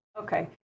Okay